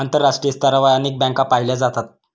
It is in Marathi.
आंतरराष्ट्रीय स्तरावर अनेक बँका पाहिल्या जातात